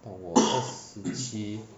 到我了二十七